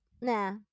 Nah